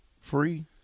Free